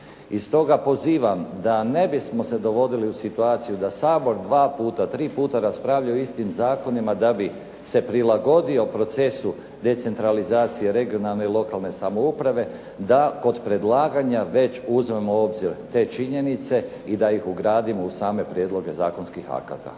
I stoga pozivam da ne bismo se dovodili u situaciju da Sabor dva puta, tri puta raspravlja o istim zakonima, da bi se prilagodio procesu decentralizacije regionalne i lokalne samouprave da kod predlaganja već uzmemo u obzir te činjenice i da ih ugradimo u same prijedloge zakonskih akata.